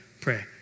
pray